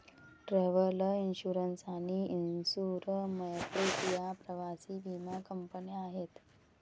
travel insurance आणि insure my trip या प्रवासी विमा कंपन्या आहेत